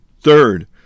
Third